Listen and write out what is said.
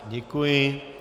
Děkuji.